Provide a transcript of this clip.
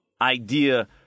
idea